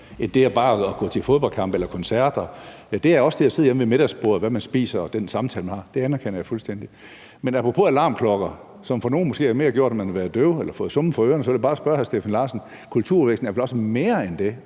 andet end bare det at gå til fodboldkampe eller koncerter. Det er også det at sidde hjemme ved middagsbordet, og hvad man spiser, og den samtale, man har. Det anerkender jeg fuldstændig. Men apropos alarmklokker, som for nogle måske mere har gjort, at de er blevet døve, eller at det har ringet for ørerne af dem, så vil jeg bare sige til hr. Steffen Larsen, at kulturudveksling vel også er mere end det.